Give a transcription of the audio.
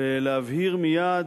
ולהבהיר מייד,